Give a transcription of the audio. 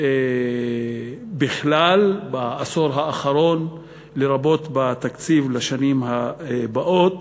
בכלל בעשור האחרון, לרבות התקציב לשנים הבאות,